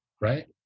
right